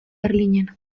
berlinen